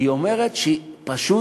והיא אומרת שהיא פשוט,